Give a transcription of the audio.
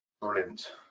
brilliant